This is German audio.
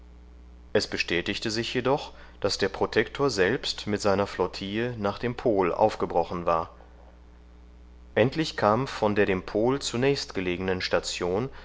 es bestätigte sich jedoch daß der protektor selbst mit einer flottille nach dem pol aufgebrochen war endlich kam von der dem pol zunächst gelegenen station